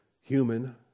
human